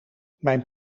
mijn